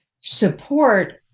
support